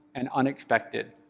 and unexpected.